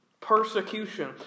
Persecution